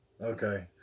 Okay